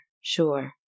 sure